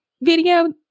video